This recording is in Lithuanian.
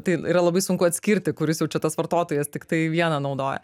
tai yra labai sunku atskirti kuris jau čia tas vartotojas tiktai vieną naudoja